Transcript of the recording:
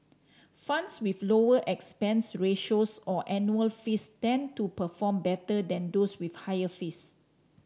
funds with lower expense ratios or annual fees tend to perform better than those with higher fees